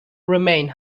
remain